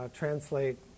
translate